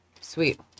Sweet